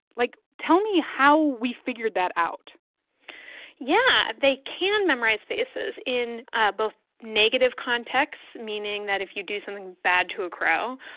like, tell me how we figured that out yeah, they can memorize faces in ah both negative contexts, meaning that if you do something bad to a crow,